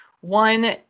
One